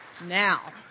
Now